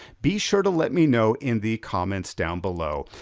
be sure to let me know in the comments down below.